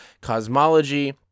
cosmology